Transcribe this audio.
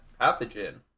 pathogen